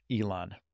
Elon